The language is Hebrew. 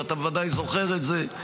ואתה בוודאי זוכר את זה,